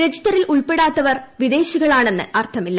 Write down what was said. രജിസ്റ്ററിൽ ഉൾപ്പെടാത്തവർ വിദേശികളാണെന്ന് അർത്ഥമില്ല